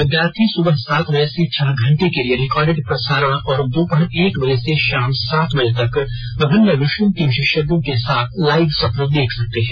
विद्यार्थी सुबह सात बजे से छह घंटे के लिए रिकॉर्डेड प्रसारण और दोपहर एक बजे से शाम सात बजे तक विभिन्न विषयों के विशेषज्ञों के साथ लाइव सत्र देख सकते हैं